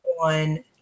on